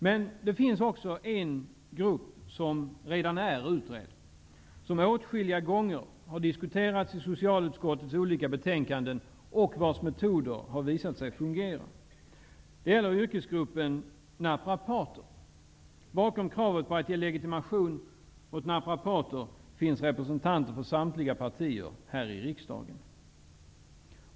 Men det finns också en grupp som redan är utredd, som åtskilliga gånger har diskuterats i olika betänkanden från socialutskottet och vars metoder har visat sig fungera. Det gäller yrkesgruppen naprapater. Bakom kravet på legitimation för naprapater står representanter för samtliga partier här i riksdagen.